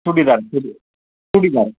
churidar chudi churidar